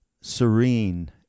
serene